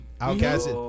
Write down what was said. outcast